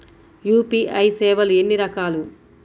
UPI సేవలు ఎన్నిరకాలు?